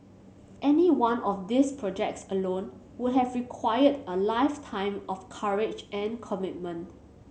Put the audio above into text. any one of these projects alone would have required a lifetime of courage and commitment